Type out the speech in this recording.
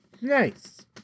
Nice